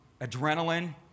adrenaline